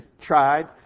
tried